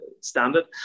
standard